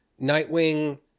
Nightwing